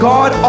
God